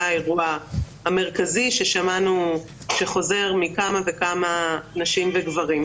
זה היה האירוע המרכזי ששמענו עליו והוא חוזר מכמה וכמה נשים וגברים.